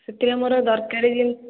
ସେଥିରେ ମୋର ଦରକାରୀ ଜିନିଷ